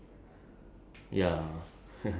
like social media ya on the Internet